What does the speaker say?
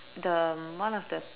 the one of the